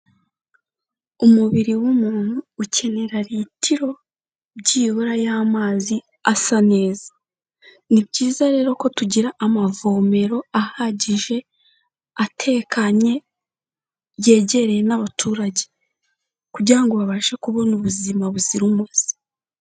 Umubiri w'umuntu ukenera litiro byibura y'amazi asa neza. Ni byiza rero ko tugira amavomero ahagije, atekanye yegereye n'abaturage kugira ngo babashe kubona ubuzima buzira umuze.